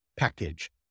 package